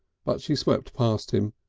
but she swept past him,